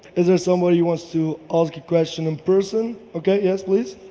is there somebody who wants to ask a question in person? okay. yes, please.